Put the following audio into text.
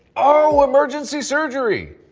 oh! emergency surgery.